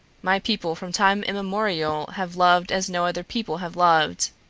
my people from time immemorial have loved as no other people have loved.